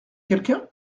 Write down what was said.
quelqu’un